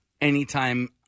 anytime